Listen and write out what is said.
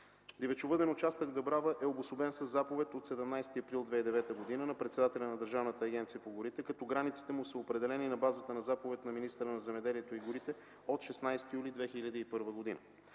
Дивечовъден участък „Дъбрава” е обособен със заповед от 17 април 2009 г. на председателя на Държавната агенция по горите, като границите му са определени на базата на заповед на министъра на земеделието и горите от 16 юни 2001 г.